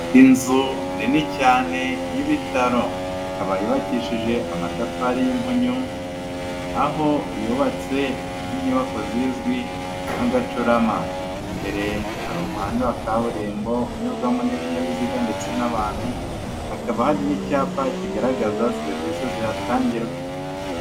Inzu nini cyane y'ibitaro. Ikaba yukishije amatafari y'impunyu, aho yubatse nk'inyubako zizwi nk'agacurama, imbere hari umuhanda wa kaburimbo unyurwamo n'ibinyabiziga ndetse n'abantu, hakaba hari n'icyapa kigaragaza serivisi zihatangirwa.